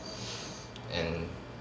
and